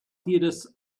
theatres